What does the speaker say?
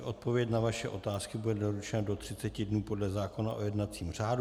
Odpověď na vaše otázky bude doručena do třiceti dnů podle zákona o jednacím řádu.